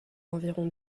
environ